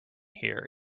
here